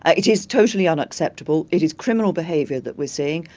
ah it is totally unacceptable. it is criminal behavior that we're seeing,